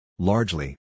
Largely